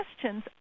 questions